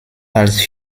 als